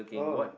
oh